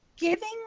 giving